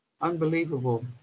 Unbelievable